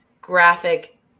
graphic